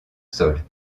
sol